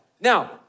Now